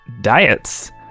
diets